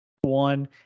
one